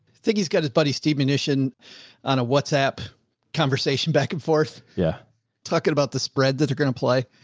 think he's got his buddy, steve munition on a whatsapp conversation, back and forth yeah talking about the spreads that are going to play?